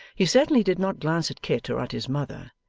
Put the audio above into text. he certainly did not glance at kit or at his mother,